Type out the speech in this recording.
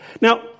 Now